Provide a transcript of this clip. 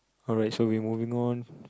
alright so we moving on